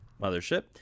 mothership